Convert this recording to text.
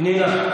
פנינה,